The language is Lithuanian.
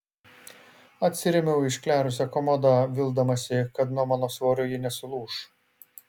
atsirėmiau į išklerusią komodą vildamasi kad nuo mano svorio ji nesulūš